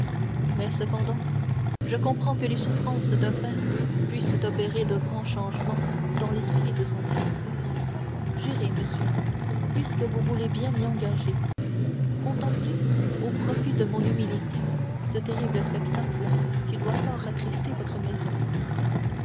mais cependant je comprends que les souffrances d'un père puissent opérer de grands changements dans l'esprit de son fils j'irai monsieur puisque vous voulez bien m'y engager contempler au profit de mon humilité ce terrible spectacle qui doit fort attrister votre maison